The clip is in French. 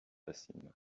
passim